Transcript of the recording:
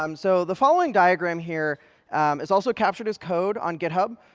um so the following diagram here is also captured as code on github,